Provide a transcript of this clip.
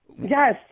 yes